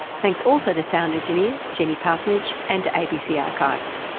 thanks also to sound engineer jenny parsonage and to abc ah archives.